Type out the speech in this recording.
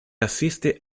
asiste